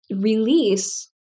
release